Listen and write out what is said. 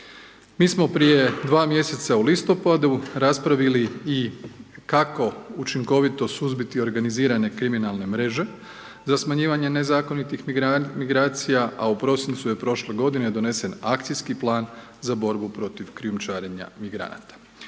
Mi smo prije dva mjeseca u listopadu raspravili i kako učinkovito suzbiti organizirane kriminalne mreže za smanjivanje nezakonitih migracija, a u prosincu je prošle godine donesen Akcijski plan za borbu protiv krijumčarenja migranata.